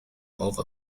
over